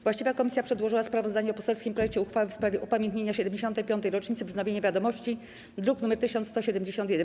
Właściwa komisja przedłożyła sprawozdanie o poselskim projekcie uchwały w sprawie upamiętnienia 75. rocznicy wznowienia „Wiadomości”, druk nr 1171.